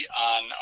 on